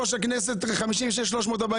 יושב-ראש הכנסת 56,345,